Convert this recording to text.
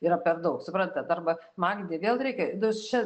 yra per daug suprantat arba magnį vėl reikia nes čia